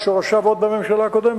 שורשיו עוד בממשלה הקודמת,